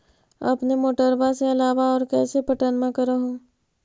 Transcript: अपने मोटरबा के अलाबा और कैसे पट्टनमा कर हू?